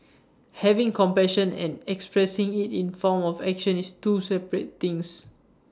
having compassion and expressing IT in form of action is two separate things